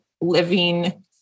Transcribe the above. living